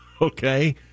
okay